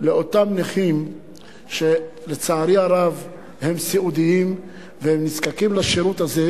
לאותם נכים שלצערי הרב הם סיעודיים והם נזקקים לשירות הזה,